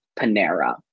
Panera